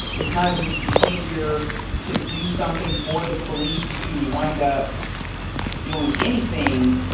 it's not in his behavior to do something for the police to wind up doing anything,